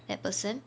that person